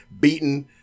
beaten